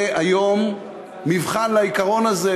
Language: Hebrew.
זה היום מבחן לעיקרון הזה,